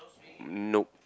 nope